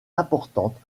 importante